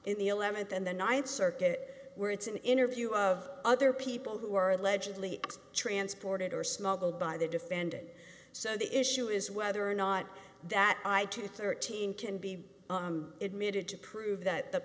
the th and the th circuit where it's an interview of other people who are allegedly transported or smuggled by the defendant so the issue is whether or not that i to thirteen can be admitted to prove th